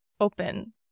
open